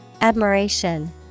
Admiration